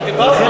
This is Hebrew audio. לכן,